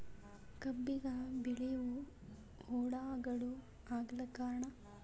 ಕಬ್ಬಿಗ ಬಿಳಿವು ಹುಳಾಗಳು ಆಗಲಕ್ಕ ಕಾರಣ?